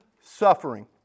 suffering